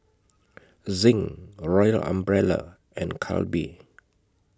Zinc Royal Umbrella and Calbee